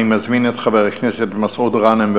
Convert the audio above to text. אני מזמין את חבר הכנסת מסעוד גנאים.